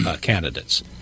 candidates